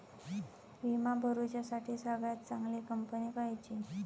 विमा भरुच्यासाठी सगळयात चागंली कंपनी खयची?